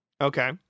Okay